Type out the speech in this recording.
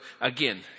again